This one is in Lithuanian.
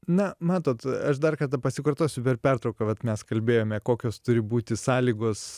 na matot aš dar kartą pasikartosiu per pertrauką vat mes kalbėjome kokios turi būti sąlygos